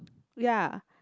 ya